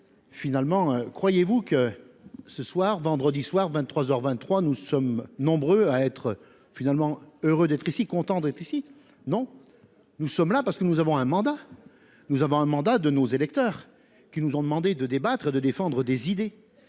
Finalement, croyez-vous que ce soir, vendredi soir, 23h 23, nous sommes nombreux à être finalement heureux d'être ici. Content d'être ici non. Nous sommes là parce que nous avons un mandat. Nous avons un mandat de nos électeurs qui nous ont demandé de débattre et de défendre des idées